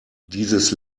dieses